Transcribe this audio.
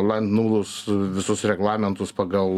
land nulus visus reglamentus pagal